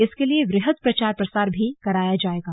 इसके लिए वृहद प्रचार प्रसार भी कराया जायेगा